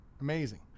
amazing